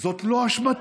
זאת לא אשמתנו,